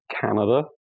Canada